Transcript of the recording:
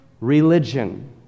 religion